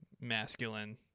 masculine